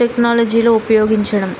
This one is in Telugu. టెక్నాలజీలో ఉపయోగించడం